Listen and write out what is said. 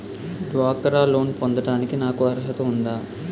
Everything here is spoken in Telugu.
డ్వాక్రా లోన్ పొందటానికి నాకు అర్హత ఉందా?